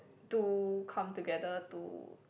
do come together to